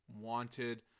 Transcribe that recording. wanted